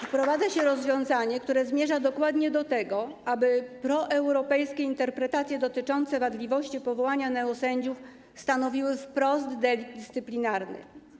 Wprowadza się rozwiązanie, które zmierza dokładnie do tego, aby proeuropejskie interpretacje dotyczące wadliwości powołania neosędziów stanowiły wprost delikt dyscyplinarny.